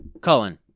Cullen